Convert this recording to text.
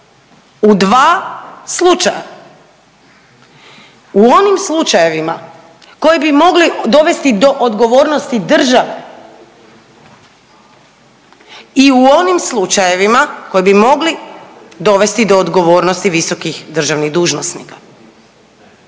u dva slučaja. U onim slučajevima koji bi mogli dovesti do odgovornosti države i u onim slučajevima koji bi mogli dovesti do odgovornosti visokih državnih dužnosnika.